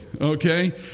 okay